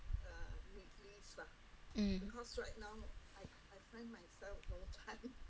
mm